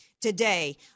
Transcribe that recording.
today